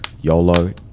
YOLO